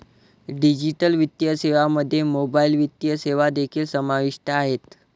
digital वित्तीय सेवांमध्ये mobile वित्तीय सेवा देखील समाविष्ट आहेत